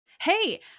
Hey